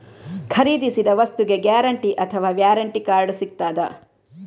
ಖರೀದಿಸಿದ ವಸ್ತುಗೆ ಗ್ಯಾರಂಟಿ ಅಥವಾ ವ್ಯಾರಂಟಿ ಕಾರ್ಡ್ ಸಿಕ್ತಾದ?